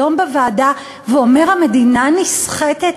היום בוועדה ואומר: המדינה נסחטת,